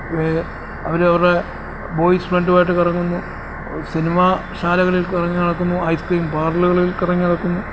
അവർ അവരുടെ ബോയ്സ് ഫ്രണ്ടുമായിട്ട് കറങ്ങുന്നു സിനിമാശാലകളിൽ കറങ്ങി നടക്കുന്നു ഐസ് ക്രീം പാർല്കളിൽ കറങ്ങി നടക്കുന്നു